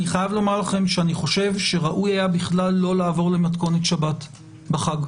אני חייב לומר לכם שאני חושב שראוי היה בכלל לא לעבור למתכונת שבת בחג.